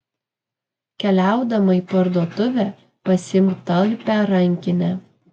keliaudama į parduotuvę pasiimk talpią rankinę